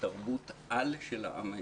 כתרבות-על של העם היהודי.